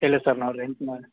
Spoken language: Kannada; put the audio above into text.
ಇಲ್ಲ ಸರ್ ನಾವು ರೆಂಟ್ ಮ್ಯಾ